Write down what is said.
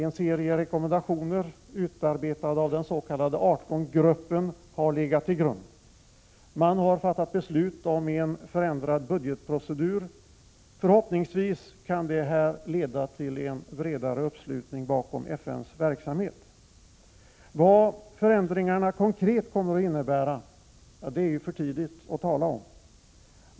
En serie rekommendationer utarbetade av den s.k. 18-gruppen har legat till grund. Man har fattat beslut om en förändrad budgetprocedur. Förhoppningsvis kan detta leda till en bredare uppslutning bakom FN:s verksamhet. Vad förändringarna konkret kommer att innebära är det för tidigt att tala om.